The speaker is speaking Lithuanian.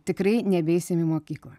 tikrai nebeisim į mokyklą